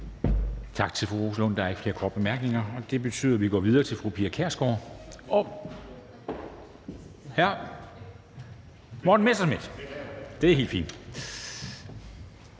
Tak til fru Rosa Lund. Der er ikke flere korte bemærkninger, og det betyder, at vi går videre til hr. Morten Messerschmidt. Kl.